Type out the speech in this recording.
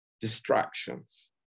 distractions